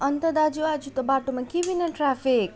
अन्त दाजु आज त बाटोमा के विघ्न ट्राफिक